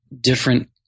different